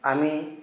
আমি